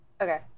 Okay